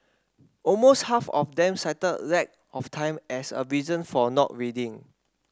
almost half of them cited lack of time as a reason for not reading